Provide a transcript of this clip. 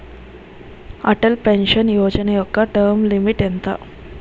Atal pension Yojana యెక్క term limit ఎంత?